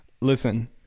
Listen